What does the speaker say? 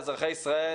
אזרחי ישראל,